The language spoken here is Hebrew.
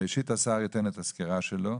ראשית, השר ייתן את הסקירה שלו.